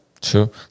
True